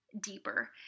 deeper